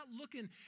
looking